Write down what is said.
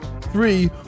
Three